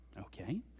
Okay